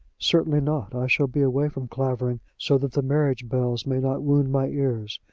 certainly not. i shall be away from clavering, so that the marriage bells may not wound my ears.